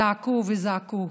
זעקו וזעקו.